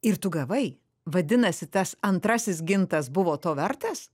ir tu gavai vadinasi tas antrasis gintas buvo to vertas